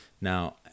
Now